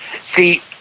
see